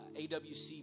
AWC